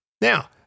Now